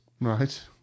Right